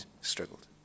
struggled